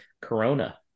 Corona